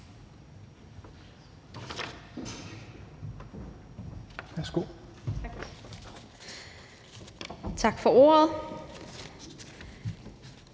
debat. Tak for ordet.